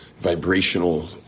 vibrational